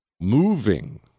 moving